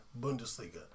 Bundesliga